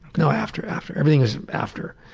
no, after, after. everything was after.